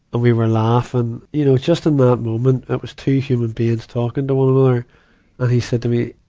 we were laughing. and you know, just in that moment, that was two human beings talking to one another. and he said to me,